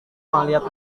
melihat